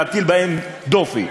להטיל בהם דופי.